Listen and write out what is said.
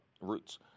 roots